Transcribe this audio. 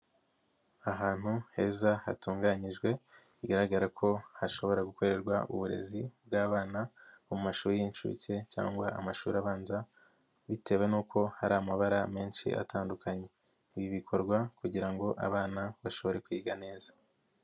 Ahantu heza hatunganyijwe bigaragara ko hashobora gukorerwa uburezi bw'abana mu mashuri y'inshuke cyangwa amashuri abanza, bitewe n'uko hari amabara menshi atandukanye, ibi bikorwa kugira ngo abana bashobore kwiga neza.